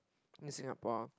in Singapore